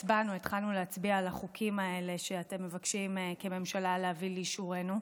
התחלנו להצביע על החוקים האלה שאתם מבקשים כממשלה להביא לאישורנו.